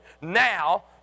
now